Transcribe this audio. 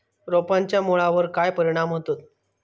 रोपांच्या मुळावर काय परिणाम होतत?